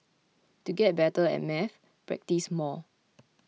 to get better at maths practise more